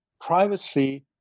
privacy